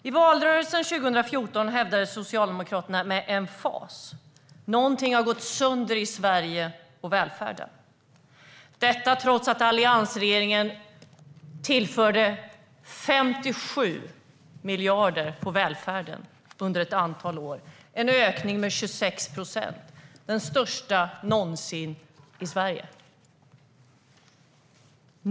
I valrörelsen 2014 hävdade Socialdemokraterna med emfas att något har gått sönder i Sverige och i välfärden, detta trots att alliansregeringen tillförde 57 miljarder inom välfärden under ett antal år, en ökning med 26 procent, den största någonsin i Sverige.